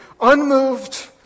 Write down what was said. unmoved